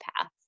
path